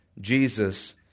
Jesus